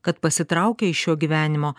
kad pasitraukę iš šio gyvenimo